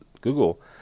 Google